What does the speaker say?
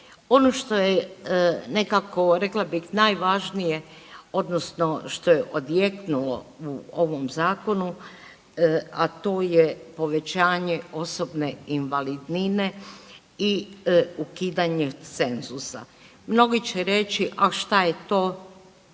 Ono što je nekako rekla bih najvažnije odnosno što je odjeknulo u ovom zakonu, a to je povećanje osobne invalidnine i ukidanje cenzusa. Mnogi će reći, a šta je to